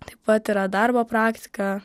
taip pat yra darbo praktika